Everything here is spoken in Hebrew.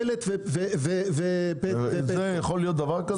מלט- -- יכול להיות דבר כזה?